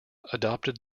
adopted